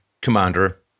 commander